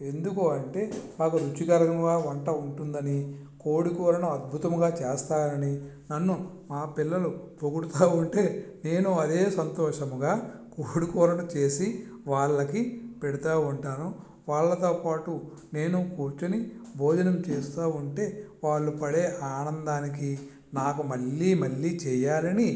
ఎందుకు అంటే మాకు రుచికరంగా వంట ఉంటుందని కోడికూరను అద్భుతంగా చేస్తారని నన్ను మా పిల్లలు పొగుడుతూ ఉంటే నేను అదే సంతోషముగా కోడి కూరను చేసి వాళ్ళకి పెడుతూ ఉంటాను వాళ్ళతో పాటు నేను కూర్చొని భోజనం చేస్తూ ఉంటే వాళ్ళు పడే ఆనందానికి నాకు మళ్ళీ మళ్ళీ చేయాలని